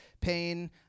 pain